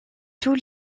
tous